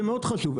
זה מאוד חשוב.